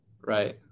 Right